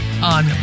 On